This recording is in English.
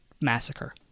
massacre